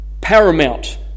paramount